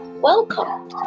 Welcome